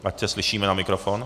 Ať se slyšíme na mikrofon.